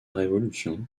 révolution